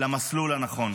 למסלול הנכון.